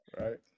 Right